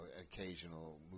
occasional